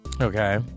Okay